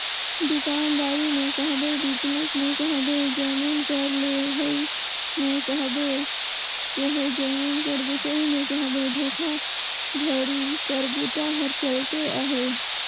दुकानदारी में कहबे, बिजनेस में कहबे, जमीन कर लेहई में कहबे चहे जमीन कर बेंचई में कहबे धोखाघड़ी कर बूता हर चलते अहे